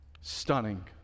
stunning